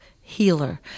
Healer